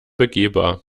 begehbar